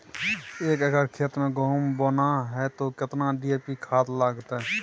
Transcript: एक एकर खेत मे गहुम बोना है त केतना डी.ए.पी खाद लगतै?